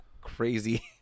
crazy